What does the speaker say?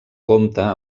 compta